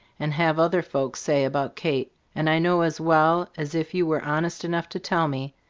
and have other folks say, about kate. and i know as well as if you were honest enough to tell me,